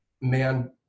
man